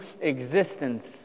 existence